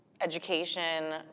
education